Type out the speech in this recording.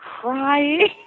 crying